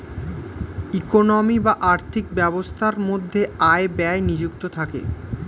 economy বা আর্থিক ব্যবস্থার মধ্যে আয় ব্যয় নিযুক্ত থাকে